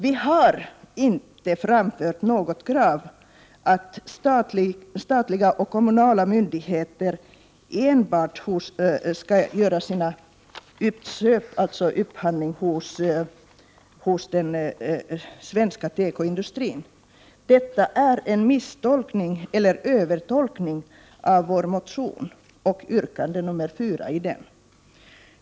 Vi har inte framfört något krav på att statliga och kommunala myndigheter skall göra sin upphandling enbart hos den svenska tekoindustrin — det är en misstolkning eller övertolkning av vår motion och yrkande 4 i denna.